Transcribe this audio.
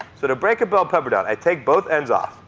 sort of break a bell pepper down, i take both ends off.